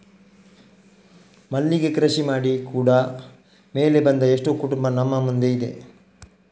ಮಲ್ಲಿಗೆ ಕೃಷಿ ಮಾಡಿ ಕೂಡಾ ಮೇಲೆ ಬಂದ ಎಷ್ಟೋ ಕುಟುಂಬ ನಮ್ಮ ಮುಂದೆ ಇದೆ